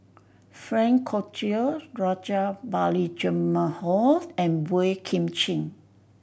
Frank Cloutier Rajabali Jumabhoy and Boey Kim Cheng